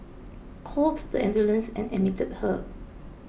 called the ambulance and admitted her